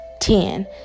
Ten